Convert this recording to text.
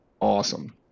awesome